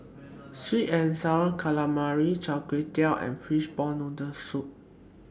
Sweet and Sour Calamari Chai Tow Kway and Fishball Noodle Soup